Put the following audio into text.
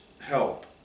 help